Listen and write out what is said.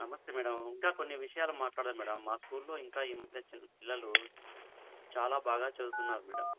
నమస్తే మేడమ్ ఇంకా కొన్ని విషయాలు మాట్లాడాలి మేడం మా స్కూల్లో ఇంకా ఈ మధ్య పిల్లలు చాలా బాగా చదువుతున్నారు మేడం